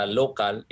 local